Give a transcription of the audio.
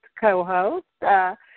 co-host